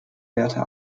werte